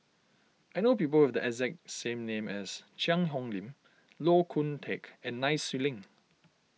I know people who have the exact same name as Cheang Hong Lim Koh Hoon Teck and Nai Swee Leng